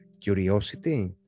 curiosity